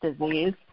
disease